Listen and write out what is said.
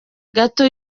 gato